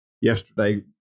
yesterday